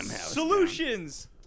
Solutions